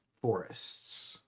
Forests